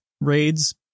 raids